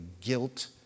guilt